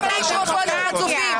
תפתחו את המיקרופונים, חצופים.